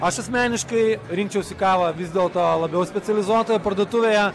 aš asmeniškai rinkčiausi kavą vis dėlto labiau specializuotoje parduotuvėje